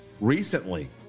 recently